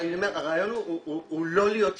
הרעיון הוא לא להיות שיפוטי,